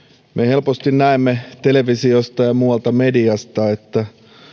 helposti näemme televisiosta ja muualta mediasta